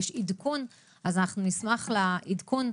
כבר עסקנו בה וראינו שלד שלה בדיון קודם,